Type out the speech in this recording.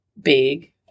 Big